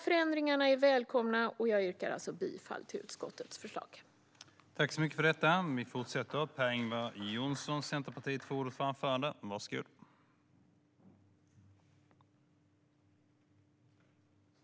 Förändringarna är välkomna, och jag yrkar bifall till utskottets förslag i betänkandet.